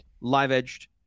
live-edged